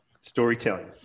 storytelling